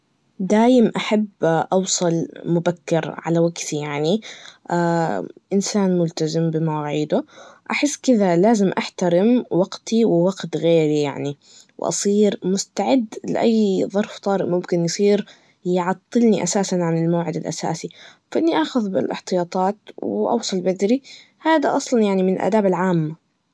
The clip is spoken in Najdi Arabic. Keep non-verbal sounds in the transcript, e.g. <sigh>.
دايم أحب أوصل مبكر على وقتي يعني, <hesitation> إنسان ملتزم بمواعيده, أحس كذا لازم أحترم وقتي, ووقت غيري يعني, وأصير مستعد لأي ظرف طارئ ممكن يصير يعطلني أساساً عن الموعد الأساسي, فاني آخذ بالإحتياطات, وأوصل بدري, هذا أصلاً يعني من الآدب العامة